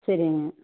சரிங்க